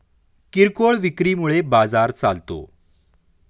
किरकोळ विक्री मुळे बाजार चालतो